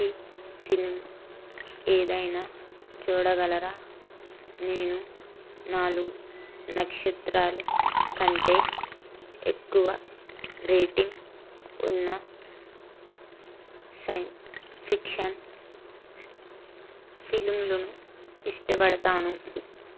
కి సినిమా ఏదైనా చూడగలరా నేను నాలుగు నక్షత్రాలు కంటే ఎక్కువ రేటింగ్ ఉన్న సైన్స్ ఫిక్షన్ ఫిల్మ్లను ఇష్టపడతాను